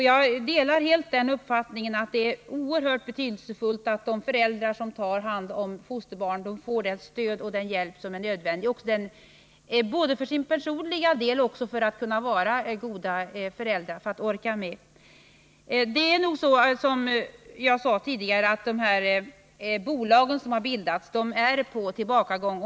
Jag delar helt uppfattningen att det är oerhört betydelsefullt att fosterföräldrar får det stöd och den hjälp som är nödvändig både för deras personliga del och för att de skall orka vara goda föräldrar. Som jag sade tidigare är systemet att bilda bolag i det här sammanhanget på tillbakagång.